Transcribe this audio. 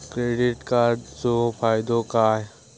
Credit कार्डाचो फायदो काय?